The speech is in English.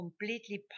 completely